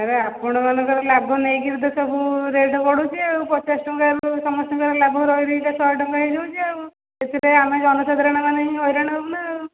sir ଆପଣମାନଙ୍କର ଲାଭ ନେଇକରି ତ ସବୁ ରେଟ୍ ବଢ଼ୁଛି ଆଉ ପଚାଶ ଟଙ୍କା ସମସ୍ତଙ୍କର ଲାଭ ରହି ରହିକା ଶହେ ଟଙ୍କା ହେଇ ଯାଉଛି ଆଉ ସେଥିପାଇଁ ଆମେ ଜନସାଧାରଣ ମାନେ ହିଁ ହଇରାଣ ହେବୁନା ଆଉ